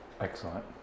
Excellent